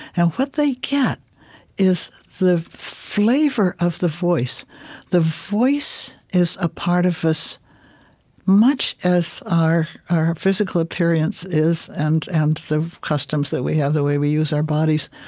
and what they get is the flavor of the voice the voice is a part of us much as our our physical appearance is, and and the customs that we have, the way we use our bodies.